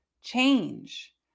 change